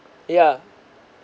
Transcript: yeah